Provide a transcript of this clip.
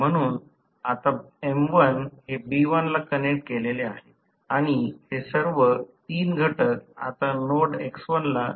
म्हणून आता M1 हे B1 ला कनेक्ट केलेले आहे आणि हे सर्व 3 घटक आता नोड ला जोडलेले आहेत